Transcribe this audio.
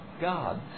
gods